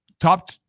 Top